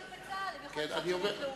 לא חייב שירות בצה"ל, אפשר שירות לאומי.